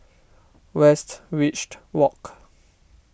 Westridge Walk